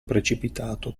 precipitato